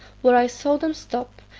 where i saw them stop,